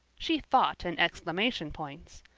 she thought in exclamation points.